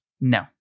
No